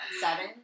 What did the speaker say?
Seven